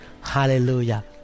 Hallelujah